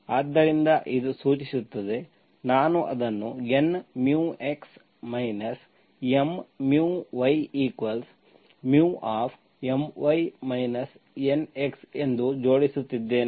ಆದ್ದರಿಂದ ಇದು ಸೂಚಿಸುತ್ತದೆ ನಾನು ಅದನ್ನು N μx M yμ ಎಂದು ಜೋಡಿಸುತ್ತಿದ್ದೇನೆ